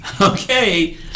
Okay